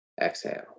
exhale